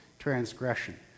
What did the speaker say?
transgression